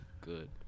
good